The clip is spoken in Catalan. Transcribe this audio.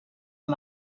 amb